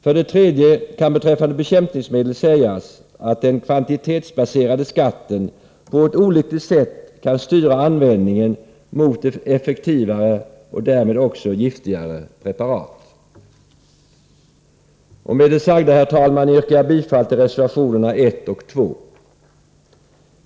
För det tredje kan beträffande bekämpningsmedel sägas att den kvantitetsbaserade skatten på ett olyckligt sätt kan styra användningen mot effektivare och därmed också giftigare preparat. Med det sagda, herr talman, yrkar jag bifall till reservationerna 1 och 2.